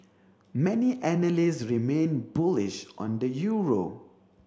many analysts remain bullish on the euro